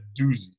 doozy